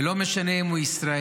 ולא משנה אם הוא ישראלי,